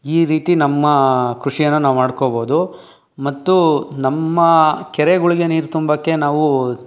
ಈ ರೀತಿ ನಮ್ಮ ಕೃಷಿಯನ್ನು ನಾವು ಮಾಡ್ಕೊಬೋದು ಮತ್ತು ನಮ್ಮ ಕೆರೆಗಳಿಗೆ ನೀರು ತುಂಬೋಕ್ಕೆ ನಾವು